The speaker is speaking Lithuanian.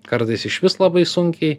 kartais išvis labai sunkiai